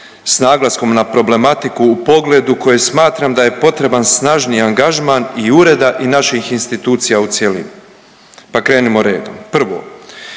sa naglaskom na problematiku u pogledu koji smatram da je potreban snažniji angažman i ureda i naših institucija u cjelini, pa krenimo redom.